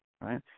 right